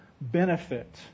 benefit